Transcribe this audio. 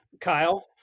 Kyle